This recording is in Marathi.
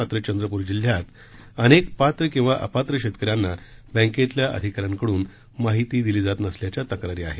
मात्र चंद्रपुर जिल्ह्यात अनेक पात्र किंवा अपात्र शेतकऱ्यांना बँकेतील अधिकाऱ्यांकडून माहिती दिल्या जात नसल्याच्या तक्रारी आहेत